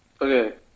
Okay